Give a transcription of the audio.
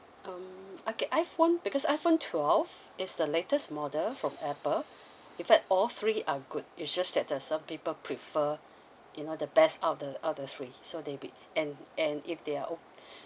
um okay iphone because iphone twelve is the latest model from Apple in fact all three are good it's just that the some people prefer you know the best out of the out of the ways so they will pick and and if they are o~